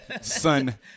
son